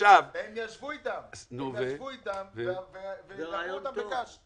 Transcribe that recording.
עכשיו --- הם ישבו איתם ודחו אותם בקש.